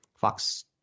Fox